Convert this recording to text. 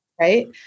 right